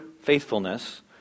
faithfulness